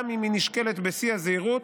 גם אם היא נשקלת בשיא הזהירות,